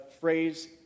phrase